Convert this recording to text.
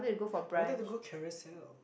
what does a good carrier sell